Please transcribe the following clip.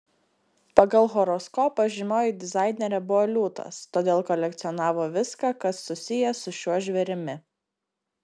pagal horoskopą žymioji dizainerė buvo liūtas todėl kolekcionavo viską kas susiję su šiuo žvėrimi